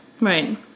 Right